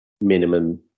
minimum